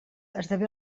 esdevé